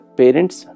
parents